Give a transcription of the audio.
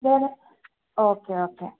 വേദന okay okay